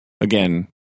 Again